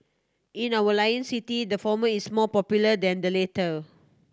in our Lion City the former is more popular than the latter